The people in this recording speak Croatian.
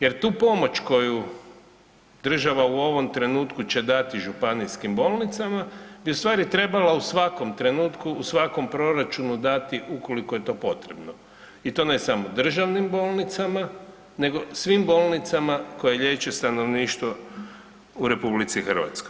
Jer tu pomoć koju država u ovom trenutku će dati županijskim bolnicama bi ustvari trebala u svakom trenutku, u svakom proračunu dati ukoliko je to potrebno, i to ne samo državnim bolnicama nego svim bolnicama koje liječe stanovništvo u RH.